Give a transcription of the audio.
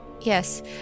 Yes